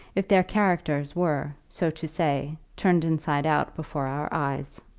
if their characters were, so to say, turned inside out before our eyes.